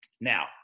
Now